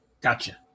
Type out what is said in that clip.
Gotcha